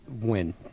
win